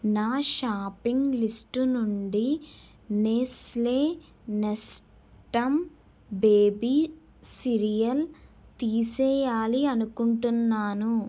నా shopping list నుండి Nestle Nestum baby cereal తీసేయాలి అనుకుంటున్నాను